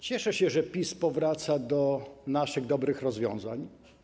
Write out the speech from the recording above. Cieszę się, że PiS powraca do naszych dobrych rozwiązań.